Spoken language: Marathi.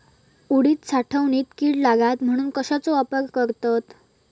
उडीद साठवणीत कीड लागात म्हणून कश्याचो वापर करतत?